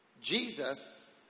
Jesus